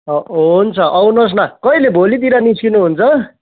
हुन्छ आउनु होस् न कहिले भोलितिर निस्कनु हुन्छ